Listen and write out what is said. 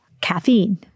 Caffeine